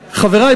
חברי,